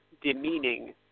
demeaning